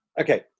Okay